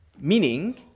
Meaning